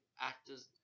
actors